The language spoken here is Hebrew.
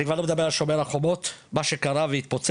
אני כבר לא מדבר על 'שומר החומות' מה שקרה והתפוצץ,